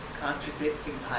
contradicting